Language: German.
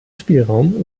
spielraum